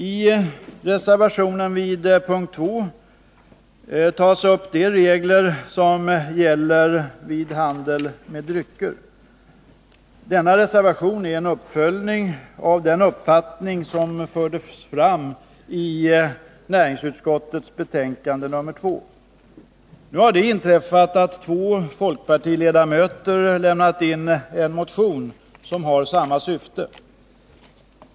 I reservationen vid punkt 2 tas de regler som gäller vid handel med drycker upp. Denna reservation är en uppföljning av den uppfattning som fördes fram i näringsutskottets betänkande nr 2. Nu har det inträffat att två folkpartiledamöter lämnat in en motion som har samma syfte.